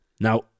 Now